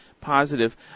positive